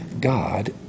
God